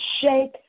shake